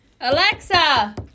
Alexa